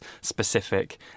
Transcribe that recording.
specific